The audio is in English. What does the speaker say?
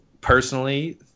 personally